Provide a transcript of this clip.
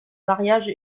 mariages